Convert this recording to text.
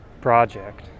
project